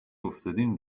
افتادیم